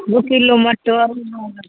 दू किलो मटर